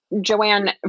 Joanne